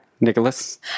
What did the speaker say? Nicholas